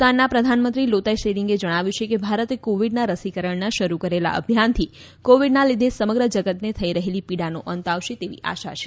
ભુતાનના પ્રધાનમંત્રી લોતાય સેરીંગે જણાવ્યું છે કે ભારતે કોવીડના રસીકરણના શરૂ કરેલા અભિયાનથી કોવીડના લીધે સમગ્ર જગતને થઇ રહેલી પીડાનો અંત આવશે એવી આશા છે